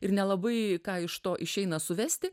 ir nelabai ką iš to išeina suvesti